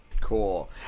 Cool